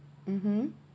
mm